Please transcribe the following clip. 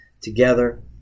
together